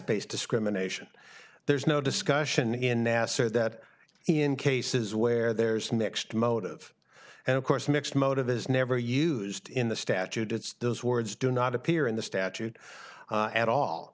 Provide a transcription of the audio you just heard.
based discrimination there's no discussion in nasser that in cases where there's a mixed motive and of course mixed motive is never used in the statute it's those words do not appear in the statute at all